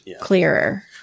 clearer